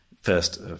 first